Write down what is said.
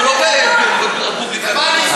אנחנו לא ברפובליקת, במה היא נסגרה?